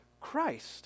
Christ